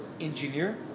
engineer